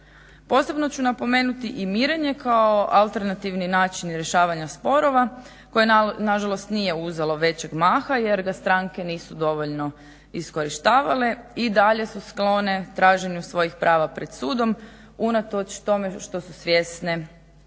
Posebno ću napomenuti i mirenje kao alternativni način rješavanja sporova koje nažalost nije uzelo većeg maha jer ga stranke nisu dovoljno iskorištavale. I dalje su sklone traženu svojih prava pred sudom, unatoč tome što su svjesne